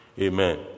Amen